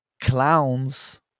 clowns